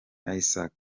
isaac